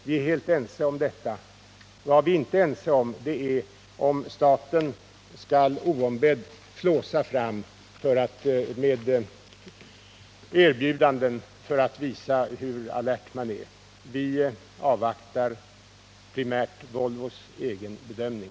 Vi är helt ense om detta. Vad vi inte är ense om är huruvida staten oombedd skall flåsa fram med erbjudanden för att visa hur alert man är. Vi avvaktar primärt Volvos egen bedömning.